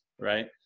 Right